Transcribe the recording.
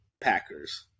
Packers